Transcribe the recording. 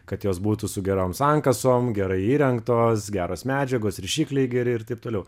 kad jos būtų su gerom sankasom gerai įrengtos geros medžiagos rišikliai geri ir taip toliau